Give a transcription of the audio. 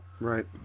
Right